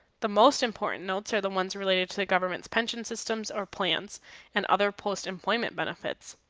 the most important notes are the ones related to the government's pension systems or plans and other post-employment benefits.